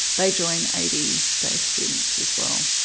they join eighty day-students as well.